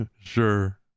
Sure